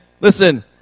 listen